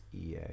ea